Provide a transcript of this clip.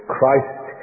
Christ